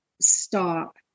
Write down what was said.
stop